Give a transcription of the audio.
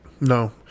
No